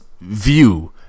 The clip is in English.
view